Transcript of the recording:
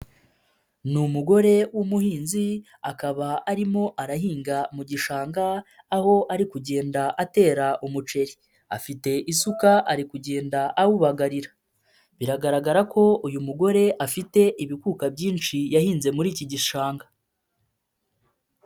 Ni umugore w'umuhinzi, akaba arimo arahinga mu gishanga, aho ari kugenda atera umuceri, afite isuka ari kugenda awubagarira, biragaragara ko uyu mugore afite ibikuka byinshi yahinze muri iki gishanga.